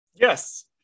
yes